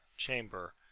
chamber,